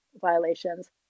violations